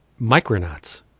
micronauts